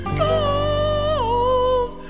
gold